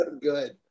good